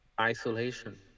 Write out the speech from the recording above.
Isolation